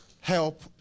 help